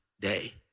day